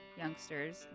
Youngsters